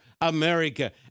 America